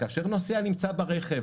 כאשר נוסע נמצא ברכב,